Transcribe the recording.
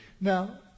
Now